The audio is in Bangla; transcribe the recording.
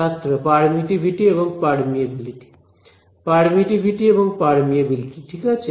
ছাত্র পারমিটিভিটি এবং পার্মিয়াবিলিটি পারমিটিভিটি এবং পার্মিয়াবিলিটি ঠিক আছে